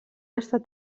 estat